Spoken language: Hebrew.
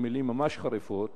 במלים ממש חריפות,